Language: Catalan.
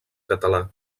català